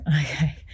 Okay